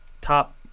top